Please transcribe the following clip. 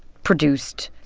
produced,